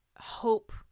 hope